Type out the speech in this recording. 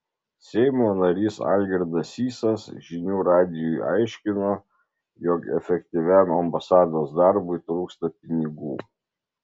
seimo narys algirdas sysas žinių radijui aiškino jog efektyviam ambasados darbui trūksta pinigų